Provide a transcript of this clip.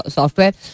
software